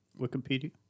Wikipedia